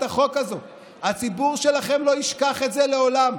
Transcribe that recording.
החוק הזו הציבור שלכם לא ישכח את זה לעולם,